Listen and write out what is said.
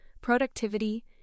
productivity